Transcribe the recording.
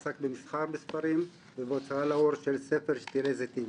עסק במסחר בספרים ובהוצאה לאור של הספר 'שתילי זיתים'.